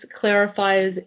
clarifies